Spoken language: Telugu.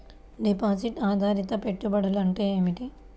డిపాజిట్ ఆధారిత పెట్టుబడులు అంటే ఏమిటి?